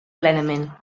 plenament